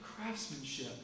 craftsmanship